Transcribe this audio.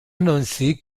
annoncé